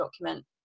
document